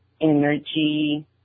energy